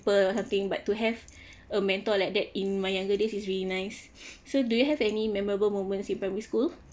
hurting but to have a mentor like that in my younger days is really nice so do you have any memorable moments in primary school